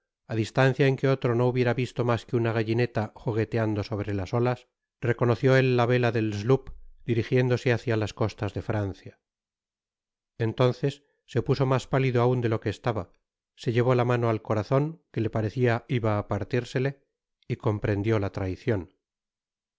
á distancia en que otro no hubiera visto mas que una gallineta jugueteando sobre las olas reconoció él la vela del sloop dirigiéndose hácia las costas de francia content from google book search generated at entonces se puso mas pálido aun de lo que estaba se llevó la mano al corazon que le parecia iba á partirsele y comprendió la traicion